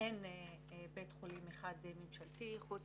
אין בית חולים אחד ממשלתי חוץ